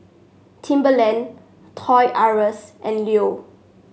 Timberland Toys R Us and Leo